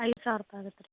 ಐದು ಸಾವಿರ ರೂಪಾಯಿ ಆಗತ್ತೆ ರೀ